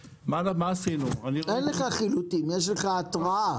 אין לך חילוטים, יש לך התרעה.